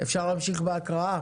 אפשר להמשיך בהקראה.